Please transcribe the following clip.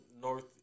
North